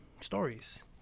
stories